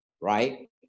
right